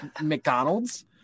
McDonald's